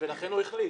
ולכן הוא החליט.